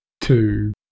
two